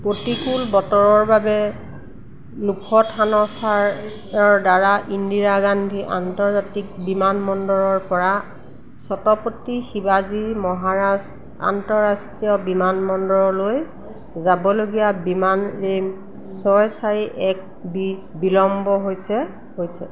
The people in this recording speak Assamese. প্ৰতিকূল বতৰৰ বাবে লোখথানচাৰ ৰ দ্বাৰা ইন্দিৰা গান্ধী আন্তৰ্জাতিক বিমান বন্দৰৰ পৰা ছত্ৰপতি শিৱাজী মহাৰাজ আন্তৰাষ্ট্ৰীয় বিমান বন্দৰলৈ যাবলগীয়া বিমান ছয় চাৰি এক বি বিলম্ব হৈছে হৈছে